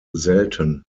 selten